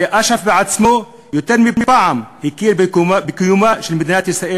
הרי אש"ף בעצמו יותר מפעם הכיר בקיומה של מדינת ישראל